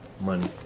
Money